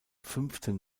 fünften